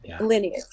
lineage